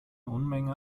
unmenge